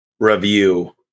review